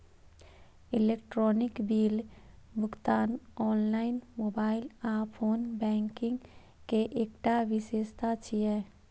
electronic bill भुगतान online, mobile आ phone banking के एकटा विशेषता छियै